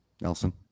Nelson